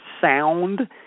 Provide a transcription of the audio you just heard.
sound